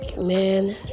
man